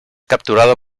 capturado